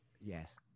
Yes